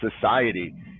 society